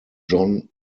john